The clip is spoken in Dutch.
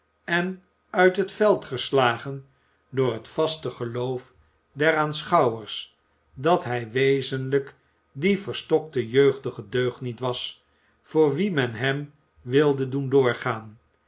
en uit het veld geslagen door het vaste geloof der aanschouwers dat hij wezenlijk die verstokte jeugdige deugniet was voor wien men hem wilde doen doorgaan